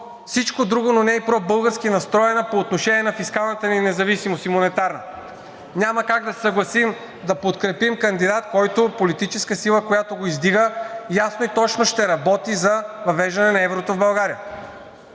всичко друго, но не пробългарски настроена по отношение на фискалната ни и монетарна независимост. Няма как да се съгласим да подкрепим кандидат, който политическа сила, която го издига, ясно и точно ще работи за въвеждане на еврото в България.